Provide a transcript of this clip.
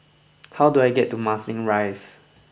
how do I get to Marsiling Rise